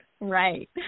Right